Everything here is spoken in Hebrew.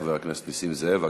חבר הכנסת נסים זאב.